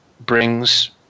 brings